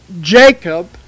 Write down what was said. Jacob